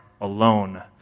alone